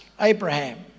Abraham